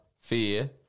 fear